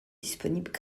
disponibles